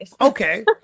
Okay